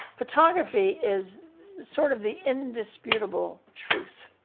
photography is sort of the indisputable truth,